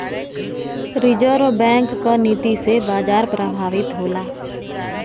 reserve bank क नीति से बाजार प्रभावित होला